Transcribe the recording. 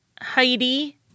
Heidi